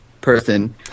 person